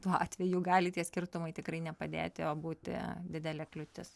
tuo atveju gali tie skirtumai tikrai ne padėti o būti didelė kliūtis